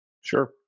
Sure